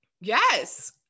yes